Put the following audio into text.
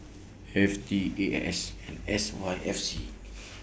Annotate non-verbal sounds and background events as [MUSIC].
[NOISE] F T A X S and S Y F C